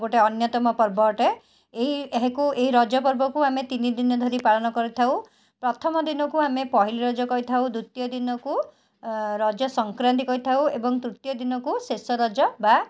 ଗୋଟେ ଅନ୍ୟତମ ପର୍ବ ଅଟେ ଏହି ଏହାକୁ ଏହି ରଜପର୍ବକୁ ଆମେ ତିନିଦିନ ଧରି ପାଳନ କରିଥାଉ ପ୍ରଥମ ଦିନକୁ ଆମେ ପହିଲିରଜ କହିଥାଉ ଦ୍ୱିତୀୟ ଦିନକୁ ଆ ରଜସଂକ୍ରାନ୍ତି କହିଥାଉ ଏବଂ ତୃତୀୟ ଦିନକୁ ଶେଷରଜ ବା